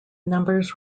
numbers